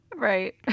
Right